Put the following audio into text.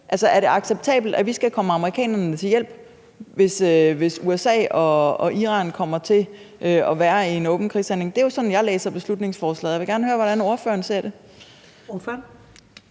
er det acceptabelt, at vi skal komme amerikanerne til hjælp, hvis USA og Iran kommer til at være i en åben krigshandling? Det er jo sådan, jeg læser beslutningsforslaget, og jeg vil gerne høre, hvordan ordføreren ser det. Kl.